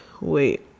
wait